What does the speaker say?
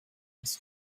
his